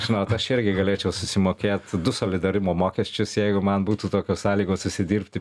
žinot aš irgi galėčiau susimokėti du solidarumo mokesčius jeigu man būtų tokios sąlygos užsidirbti